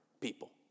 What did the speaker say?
people